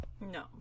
No